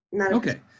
okay